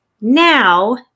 now